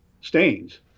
stains